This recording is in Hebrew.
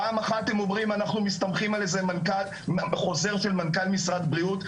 פעם אחת הם אומרים אנחנו מסתמכים על איזה חוזר של מנכ"ל משרד הבריאות,